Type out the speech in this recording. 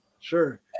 Sure